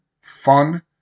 fun